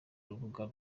urubuga